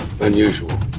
Unusual